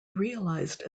realized